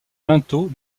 linteau